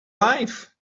life